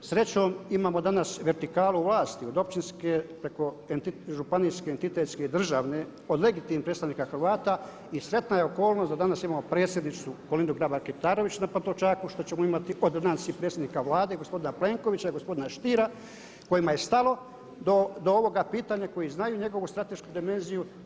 Srećom imamo danas vertikalu vlasti od općinske preko županijske, entitetske i državne od legitimnih predstavnika Hrvata i sretna je okolnost da danas ima predsjednicu Kolindu Grabar-Kitarović na Pantovčaku i što ćemo imati od danas i predsjednika Vlade gospodina Plenkovića i gospodina Stiera kojima je stalo do ovoga pitanja, koji znaju njegovu stratešku dimenziju.